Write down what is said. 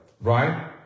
Right